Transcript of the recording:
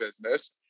business